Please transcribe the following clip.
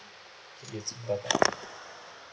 you too bye bye